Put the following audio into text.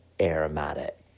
aromatic